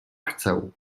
chcę